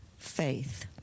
Faith